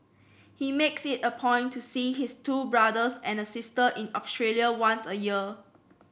he makes it a point to see his two brothers and a sister in Australia once a year